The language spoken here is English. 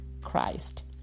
Christ